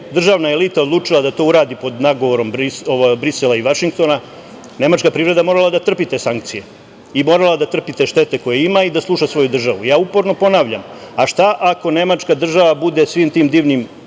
državna elita odlučila da to uradi pod nagovorom Brisela i Vašingtona nemačka privreda je morala da trpi te sankcije i morala da trpi te štete koje ima i da sluša svoju državu. Ja uporno ponavljam, a šta ako nemačka država bude svim tim divnim